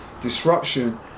disruption